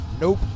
Nope